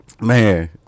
Man